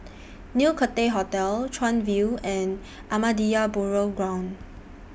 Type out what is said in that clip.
New Cathay Hotel Chuan View and Ahmadiyya Burial Ground